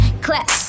Clap